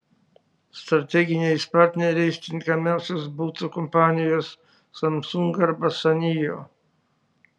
strateginiais partneriais tinkamiausios būtų kompanijos samsung arba sanyo